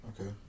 Okay